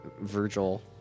Virgil